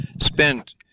spent